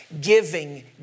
Giving